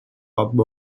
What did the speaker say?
pub